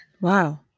Wow